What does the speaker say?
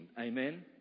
amen